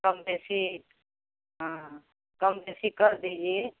कम बेसी हाँ कम बेसी कर दीजिए